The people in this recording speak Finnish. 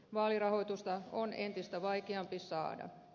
vaalirahoitusta on entistä vaikeampi saada